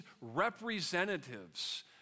representatives